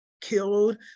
killed